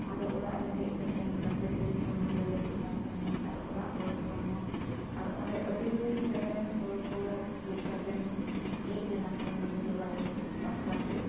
ᱟᱫᱚ ᱚᱲᱟᱜ ᱨᱮ ᱦᱮᱡ ᱠᱟᱛᱮᱱ ᱜᱟᱛᱮ ᱠᱩᱲᱤ ᱠᱚᱦᱚᱸᱧ ᱞᱟᱹᱭᱟᱠᱚ ᱠᱟᱱ ᱛᱟᱦᱮᱱ ᱟᱨ ᱚᱲᱟᱜ ᱦᱚᱲ ᱠᱚᱦᱚᱸ ᱟᱨ ᱚᱸᱰᱮ ᱟᱹᱰᱤ ᱡᱟᱭᱜᱟ ᱨᱮᱱ ᱦᱚᱲ ᱠᱚ ᱦᱮᱡ ᱠᱟᱛᱮᱱ ᱦᱮᱡ ᱞᱮᱱᱟ ᱠᱚ ᱧᱮᱧᱮᱞ ᱵᱟᱨᱮ ᱵᱟᱠᱷᱨᱟ ᱛᱮ